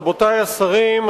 רבותי השרים,